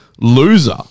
loser